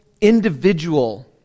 individual